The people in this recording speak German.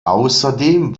außerdem